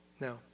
Now